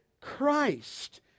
Christ